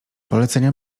polecenia